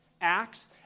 Acts